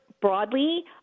broadly